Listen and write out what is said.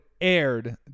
aired